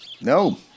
No